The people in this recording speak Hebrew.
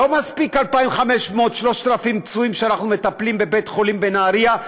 לא מספיק שאנחנו מטפלים ב-2,500 3,000 פצועים בבית-חולים בנהריה,